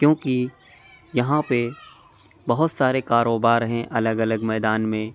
کیونکہ یہاں پہ بہت سارے کاروبار ہیں الگ الگ میدان میں